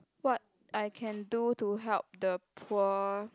what I can do to help the poor